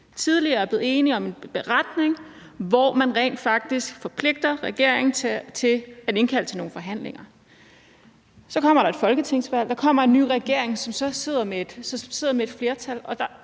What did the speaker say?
tidligere er blevet enige om en beretning, hvor man rent faktisk forpligter regeringen til at indkalde til nogle forhandlinger, men hvor der så, når der kommer et folketingsvalg og en ny regering, som sidder med et flertal,